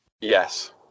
Yes